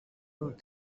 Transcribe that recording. word